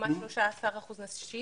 לעומת 13% נשים,